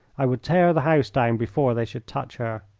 i would tear the house down before they should touch her.